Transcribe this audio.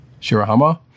Shirahama